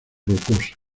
rocosa